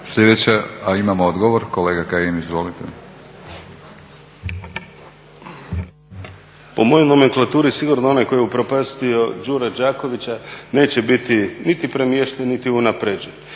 Sljedeća, a imamo odgovor. Kolega Kajin izvolite. **Kajin, Damir (ID - DI)** Po mojoj nomenklaturi sigurno onaj koji je upropastio Đuru Đakovića neće biti niti premješten niti unaprjeđen.